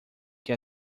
que